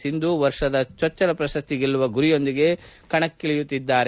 ಸಿಂಧೂ ವರ್ಷದ ಚೊಚ್ಚಲ ಪ್ರಶಸ್ತಿ ಗೆಲ್ಲುವ ಗುರಿಯೊಂದಿಗೆ ಕಣಕ್ಕಿಳಿಯುತ್ತಿದ್ದಾರೆ